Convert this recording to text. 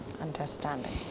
Understanding